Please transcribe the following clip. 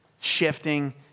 Shifting